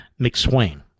McSwain